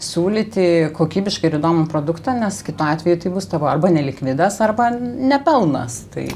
siūlyti kokybišką ir įdomų produktą nes kitu atveju tai bus tavo arba nelikvidas arba ne pelnas tai